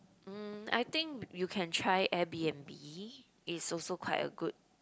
mm I think you can try Airbnb is also quite a good